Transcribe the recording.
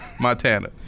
Montana